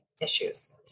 issues